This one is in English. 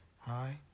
Hi